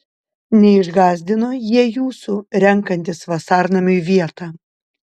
neišgąsdino jie jūsų renkantis vasarnamiui vietą